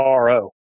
RO